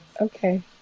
Okay